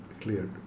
cleared